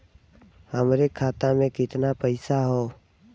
हमरे खाता में कितना पईसा हौ?